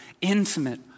intimate